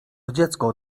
dziecko